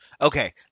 Okay